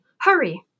Hurry